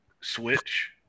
Switch